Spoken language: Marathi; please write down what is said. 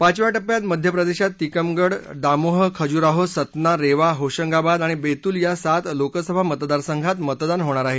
पाचव्या टप्प्यात मध्य प्रदेशात तिकमगड दामोह खजुराहो सतना रेवा होशंगाबाद आणि बेतुल या सात लोकसभा मतदारसंघात मतदान होणार आहे